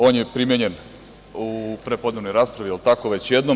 On je primenjen u prepodnevnoj raspravi, jel tako, već jednom.